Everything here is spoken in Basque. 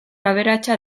aberatsa